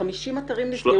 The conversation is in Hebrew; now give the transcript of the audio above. ש-50 אתרים נסגרו?